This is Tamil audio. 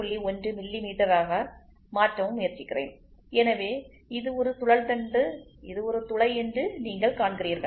1 மில்லிமீட்டராக மாற்றவும் முயற்சிக்கிறேன் எனவே இது ஒரு சுழல் தண்டு இது ஒரு துளை என்று நீங்கள் காண்கிறீர்கள்